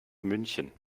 münchen